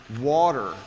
water